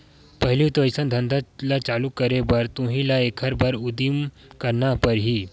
त पहिली तो अइसन धंधा ल चालू करे बर तुही ल एखर बर उदिम करना परही